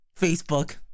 Facebook